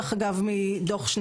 דרך אגב,